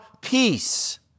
peace